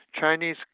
Chinese